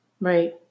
Right